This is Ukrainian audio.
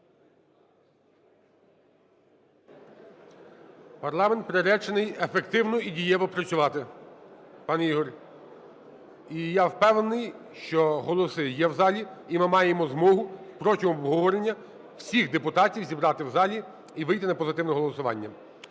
Парламент приречений ефективно і дієво працювати, пане Ігор. І я впевнений, що голоси є в залі, і ми маємо змогу протягом обговорення всіх депутатів зібрати в залі і вийти на позитивне голосування.